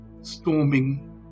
storming